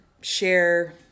share